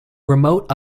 remote